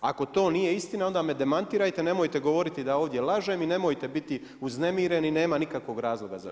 Ako to nije istina onda me demantirajte, nemojte govoriti da ovdje lažem i nemojte biti uznemireni, nema nikakvog razloga za to.